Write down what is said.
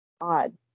odd